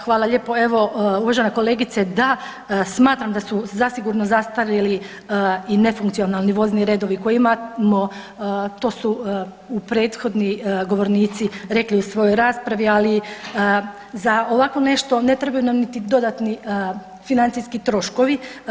Da, hvala lijepo evo uvažena kolegice da, smatram da su zasigurno zastarjeli i nefunkcionalni vozni redovi koje imamo, to su prethodni govornici rekli u svojoj raspravi, ali za ovako nešto ne trebaju nam niti dodatni financijski troškovi.